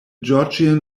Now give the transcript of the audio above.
georgian